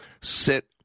sit